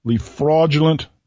fraudulent